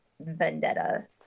vendetta